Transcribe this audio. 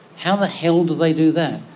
how the hell do they do that?